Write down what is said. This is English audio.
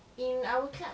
in our club